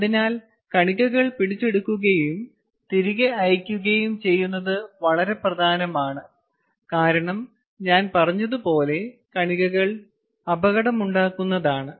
അതിനാൽ കണികകൾ പിടിച്ചെടുക്കുകയും തിരികെ അയയ്ക്കുകയും ചെയ്യുന്നത് വളരെ പ്രധാനമാണ് കാരണം ഞാൻ പറഞ്ഞതുപോലെ കണികകൾ അപകടകരമാണ്